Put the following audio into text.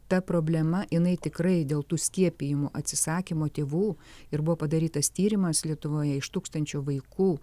ta problema jinai tikrai dėl tų skiepijimų atsisakymo tėvų ir buvo padarytas tyrimas lietuvoje iš tūkstančio vaikų